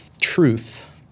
truth